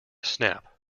snap